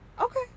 okay